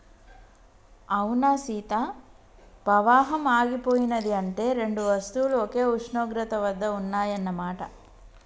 అవునా సీత పవాహం ఆగిపోయినది అంటే రెండు వస్తువులు ఒకే ఉష్ణోగ్రత వద్ద ఉన్నాయన్న మాట